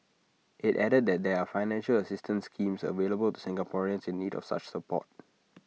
IT added that there are financial assistance schemes available to Singaporeans in need of such support